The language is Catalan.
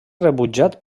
rebutjat